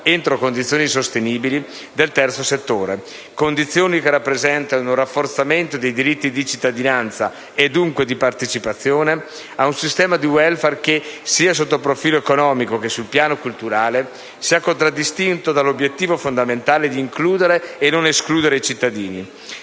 entro condizioni sostenibili del terzo settore; condizioni che rappresentano un rafforzamento dei diritti di cittadinanza, e dunque di partecipazione, a un sistema di *welfare* che, sia sotto il profilo economico che sul piano culturale, sia contraddistinto dall'obiettivo fondamentale di includere e non escludere i cittadini,